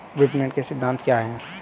विपणन के सिद्धांत क्या हैं?